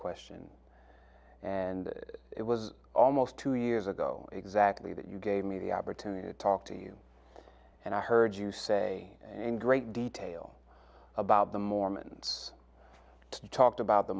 question and it was almost two years ago exactly that you gave me the opportunity to talk to you and i heard you say and great detail about the mormons talked about the